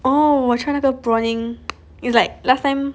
oh 我 try 那个 prawning is like last time